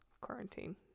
quarantine